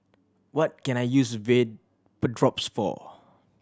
what can I use Vapodrops for